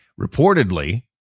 Reportedly